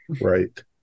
right